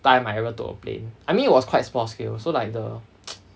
time I ever took a plane I mean it was quite small scale so like the